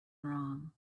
wrong